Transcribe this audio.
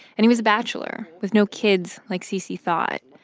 and he was a bachelor with no kids, like cc thought.